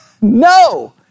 No